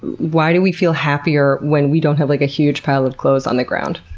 why do we feel happier when we don't have like a huge pile of clothes on the ground?